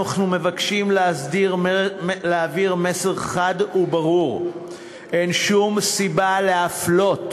אנחנו מבקשים להעביר מסר חד וברור: אין שום סיבה להפלות